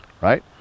Right